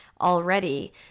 already